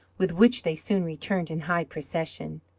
with which they soon returned in high procession.